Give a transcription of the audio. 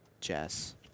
Jess